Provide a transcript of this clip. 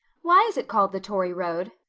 why is it called the tory road?